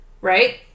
right